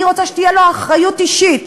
אני רוצה שתהיה לו אחריות אישית,